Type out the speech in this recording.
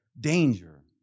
danger